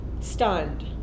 stunned